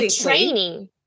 training